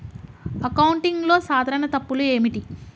అకౌంటింగ్లో సాధారణ తప్పులు ఏమిటి?